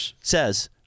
says